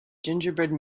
gingerbread